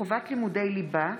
חובת לימודי ליבה),